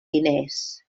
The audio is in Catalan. diners